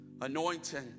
Anointing